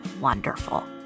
wonderful